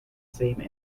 same